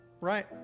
right